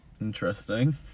Interesting